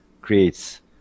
creates